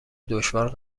دشوار